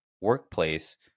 workplace